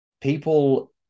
people